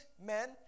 men